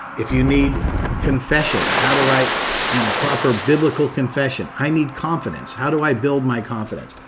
if you need confession, how do i you know proper biblical confession? i need confidence. how do i build my confidence?